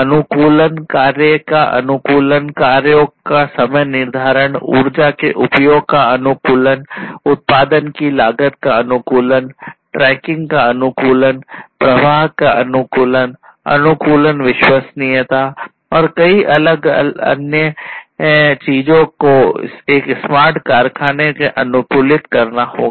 अनुकूलन कार्य का अनुकूलन कार्यों का समय निर्धारण ऊर्जा के उपयोग का अनुकूलन उत्पादन की लागत का अनुकूलन ट्रैकिंग का अनुकूलन प्रवाह के अनुकूलन अनुकूलन विश्वसनीयता और कई अलग अलग अन्य चीजों को एक स्मार्ट कारखाने में अनुकूलित करना होगा